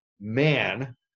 man